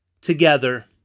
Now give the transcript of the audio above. together